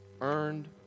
earned